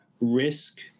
risk